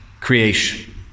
creation